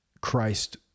Christ